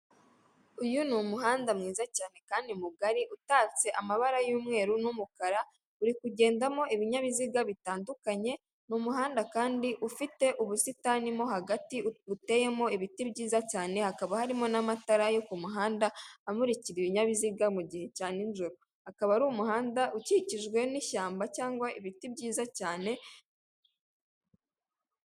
Uyu ni umuhanda mwiza cyane kandi mugari, utatse amabara y'umweru n'umukara, uri kugendamo ibinyabiziga bitandukanye, ni umuhanda kandi ufite ubusitani mo hagati buteyemo ibiti byiza cyane, hakaba harimo n'amatara yo ku muhanda amuririka ibinyabiziga mu gihe cya nijoro. Akaba ari umuhanda ukikijwe n'ishyamba cyangwa ibiti byiza cyane.